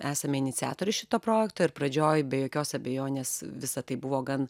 esame iniciatorės šito projekto ir pradžioj be jokios abejonės visa tai buvo gan